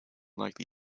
likely